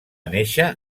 nàixer